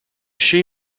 she